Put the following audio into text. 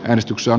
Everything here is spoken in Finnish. äänestyksen